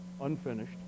unfinished